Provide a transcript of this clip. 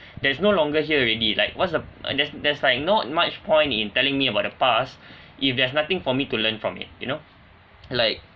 that's no longer here already like what's the uh there's there's like not much point in telling me about the past if there's nothing for me to learn from it you know like